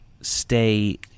stay